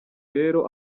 rero